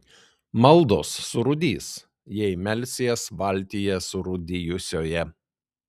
maldos surūdys jei melsies valtyje surūdijusioje